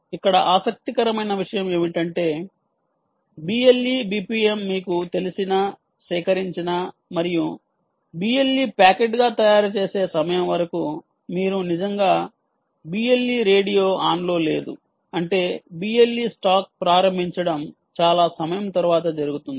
ఇక్కడ ఆసక్తికరమైన విషయం ఏమిటంటే BLE BPM మీకు తెలిసిన సేకరించిన మరియు BLE ప్యాకెట్గా తయారుచేసే సమయం వరకు మీరు నిజంగా BLE రేడియో ఆన్ లో లేదు అంటే BLE స్టాక్ ప్రారంభించడం చాలా సమయం తరువాత జరుగుతుంది